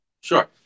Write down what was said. Sure